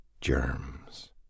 germs